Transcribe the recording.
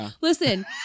Listen